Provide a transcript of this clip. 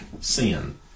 sin